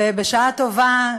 ובשעה טובה,